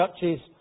Churches